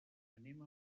anem